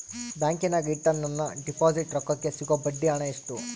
ಬ್ಯಾಂಕಿನಾಗ ಇಟ್ಟ ನನ್ನ ಡಿಪಾಸಿಟ್ ರೊಕ್ಕಕ್ಕೆ ಸಿಗೋ ಬಡ್ಡಿ ಹಣ ಎಷ್ಟು?